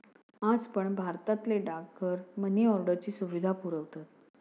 आज पण भारतातले डाकघर मनी ऑर्डरची सुविधा पुरवतत